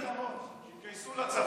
יש לי פתרון: שיתגייסו לצבא,